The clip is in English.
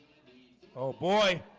oh boy,